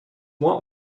want